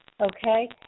okay